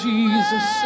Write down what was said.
Jesus